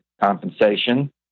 compensation